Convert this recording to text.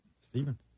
Stephen